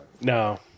No